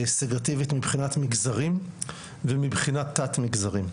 סגרגטיבית, מבחינת מגזרים ומבחינת תת-מגזרים,